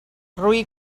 roí